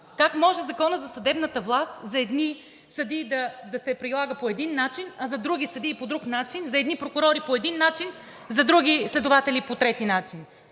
Как може Законът за съдебната власт за едни съдии да се прилага по един начин, а за други съдии – по друг начин, за едни прокурори по един начин, за други следователи – по трети начин?